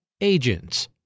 Agents